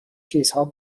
چیزها